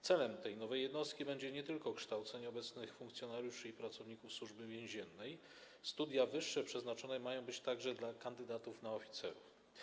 Celem tej nowej jednostki będzie nie tylko kształcenie obecnych funkcjonariuszy i pracowników Służby Więziennej, studia wyższe mają być przeznaczone także dla kandydatów na oficerów.